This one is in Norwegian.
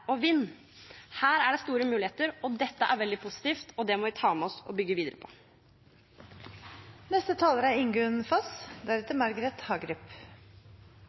og vind. Her er det store muligheter. Dette er veldig positivt, og det må vi ta med oss og bygge videre på. Det er